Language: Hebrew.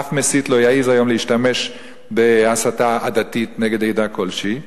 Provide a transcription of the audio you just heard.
אף מסית לא יעז היום להשתמש בהסתה עדתית נגד עדה כלשהי.